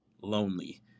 Lonely